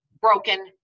broken